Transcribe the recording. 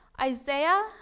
Isaiah